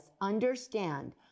understand